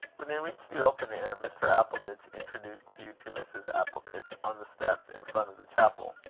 when they reached the open air, mr. appleditch introduced hugh to mrs. appleditch, on the steps in front of the chapel.